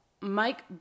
Mike